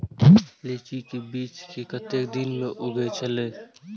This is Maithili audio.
लीची के बीज कै कतेक दिन में उगे छल?